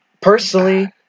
Personally